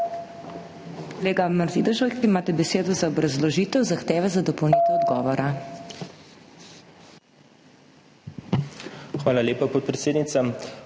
Hvala lepa, podpredsednica.